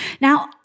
Now